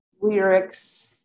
lyrics